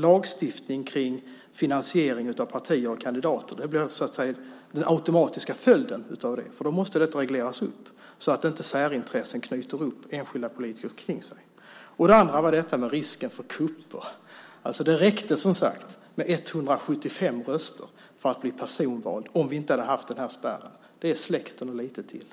lagstiftning kring finansiering av partier och kandidater. Det blir den automatiska följden eftersom det måste regleras så att inte särintressen knyter upp enskilda politiker kring sig. Den andra är risken för kupper. Det räckte, som sagt, med 175 röster för att bli personvald om vi inte hade haft spärren - det är släkten och lite till.